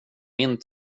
min